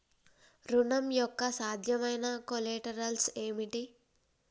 ఋణం యొక్క సాధ్యమైన కొలేటరల్స్ ఏమిటి?